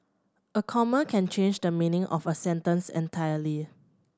a comma can change the meaning of a sentence entirely